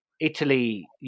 Italy